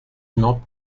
not